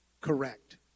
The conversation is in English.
correct